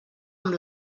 amb